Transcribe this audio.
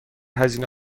هزینه